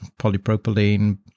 polypropylene